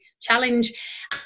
Challenge